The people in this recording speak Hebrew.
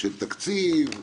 של תקציב,